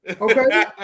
Okay